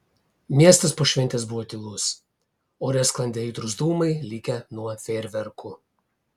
miestas po šventės buvo tylus ore sklandė aitrūs dūmai likę nuo fejerverkų